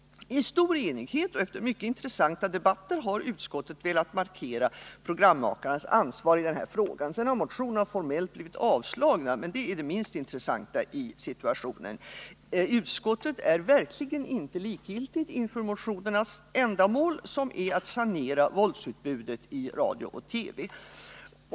I stor enighet och efter mycket intressanta debatter har utskottet velat markera programmakarens ansvar i den här frågan. Att sedan motionerna formellt har blivit avstyrkta är det minst intressanta i situationen. Utskottet är verkligen inte likgiltigt inför motionernas ändamål, som är att sanera våldsutbudet i radio och TV.